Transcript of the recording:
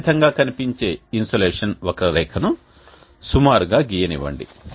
ఈ విధంగా కనిపించే ఇన్సోలేషన్ వక్రరేఖను సుమారుగా గీయనివ్వండి